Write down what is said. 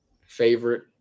favorite